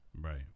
right